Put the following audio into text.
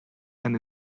and